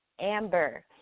Amber